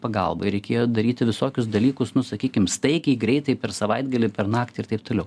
pagalbai reikėjo daryti visokius dalykus nu sakykim staigiai greitai per savaitgalį per naktį ir taip toliau